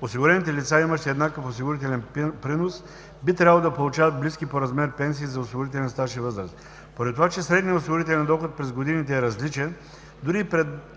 осигурените лица, имащи еднакъв осигурителен принос, би трябвало да получават близки по размер пенсии за осигурителен стаж и възраст. Поради това, че средният осигурителен доход през годините е различен, дори и при